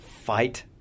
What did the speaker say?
fight